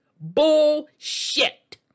bullshit